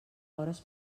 hores